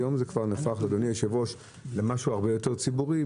היום זה כבר נהפך למשהו הרבה יותר ציבורי,